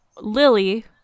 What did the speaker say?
Lily